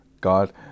God